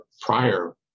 prior